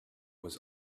was